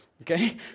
okay